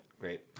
Great